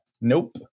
nope